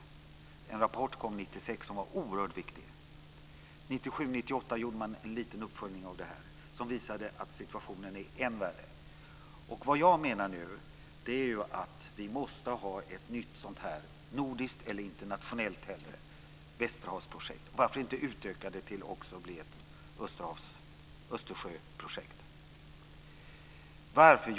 En rapport som var oerhört viktig kom 1996. Åren 1997 och 1998 gjorde man en liten uppföljning av detta som visade att situationen var än värre. Det jag menar nu är att vi måste ha ett nytt nordiskt eller hellre internationellt västerhavsprojekt. Varför inte utöka det till att också bli ett Östersjöprojekt. Varför?